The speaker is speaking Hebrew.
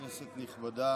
כנסת נכבדה,